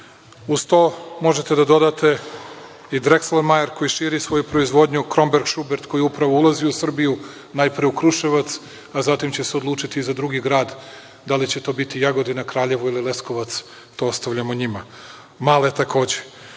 Uz to možete da dodate i Draxlrmaier koji širi svoju proizvodnju, Kromberg & Schubert koji upravo ulazi u Srbiju, najpre u Kruševac, a zatim će se odlučiti i za drugi grad, da li će to biti Jagodina, Kraljevo ili Leskovac, to ostavljamo njima, Mahle takođe. Važno